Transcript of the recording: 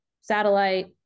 satellite